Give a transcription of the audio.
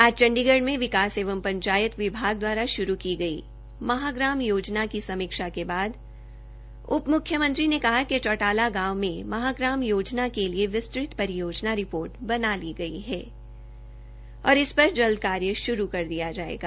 आज चंडीगढ़ में विकास एवं पंचायत विभाग दवारा श्रू की गई महाग्राम योजना की समीक्षा के बाद उपम्ख्यमंत्री ने कहा कि चौटाला गांव में महाग्राम योजना के लिए विस्तृत परियोजना रिपोर्ट बना ली गई है और इस पर जल्द कार्य श्रू कर दिया जाएगा